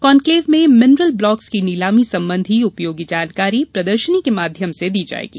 conclave में mineral blocks की नीलामी संबंधी उपयोगी जानकारी प्रदर्शनी के माध्यम से दी जायेगी